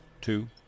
two